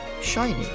Shiny